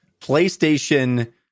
PlayStation